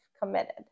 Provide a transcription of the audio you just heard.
committed